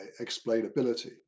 explainability